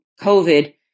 covid